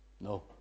No